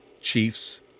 Chiefs